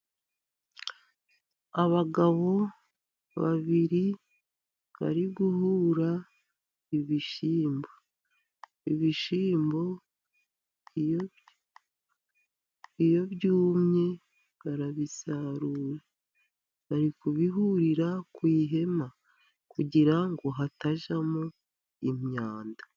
Abagabo babiri bari guhura ibishyimbo. Ibishimbo iyo byumye barabisarura, bari kubihurira ku ihema kugira ngo hatajyamo imyanda.